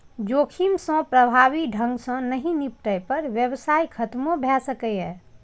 जोखिम सं प्रभावी ढंग सं नहि निपटै पर व्यवसाय खतमो भए सकैए